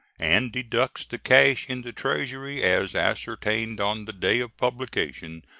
and deducts the cash in the treasury as ascertained on the day of publication,